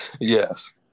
Yes